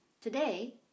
Today